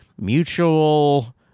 mutual